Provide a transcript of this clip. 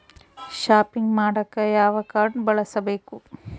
Shopping ಮಾಡಾಕ ಯಾವ card ಬಳಸಬೇಕು?